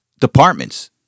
departments